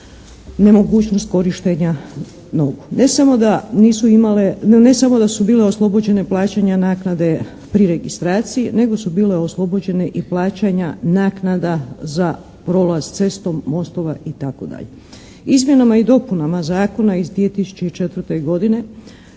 samo da nisu imali, ne samo da su bile oslobođene plaćanja naknade pri registraciji, nego su bile oslobođene i plaćanja naknada za prolaz cestom, mostova itd. Izmjenama i dopunama zakona iz 2004. godine